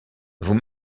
vous